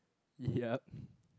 yup